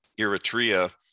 Eritrea